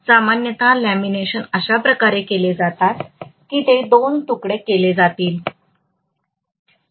सामान्यत लॅमिनेशन अशा प्रकारे केले जातात की ते 2 तुकडे केले जातील